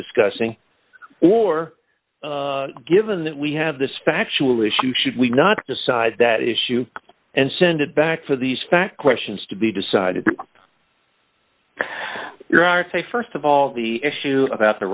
discussing or given that we have this factual issue should we not decide that issue and send it back for these fact questions to be decided to say st of all the issue about the